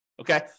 okay